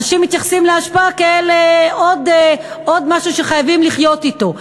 אנשים מתייחסים לאשפה כאל עוד משהו שחייבים לחיות אתו.